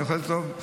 אני אוכל טוב.